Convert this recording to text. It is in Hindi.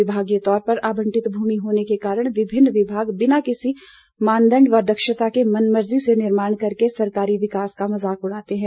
विभागीय तौर पर आबंटित भूमि होने के कारण विभिन्न विभाग बिना किसी मानदंड व दक्षता के मनमर्जी से निर्माण करके सरकारी विकास का मजाक उड़ाते हैं